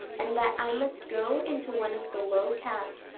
and that i must go into one of the low cabs,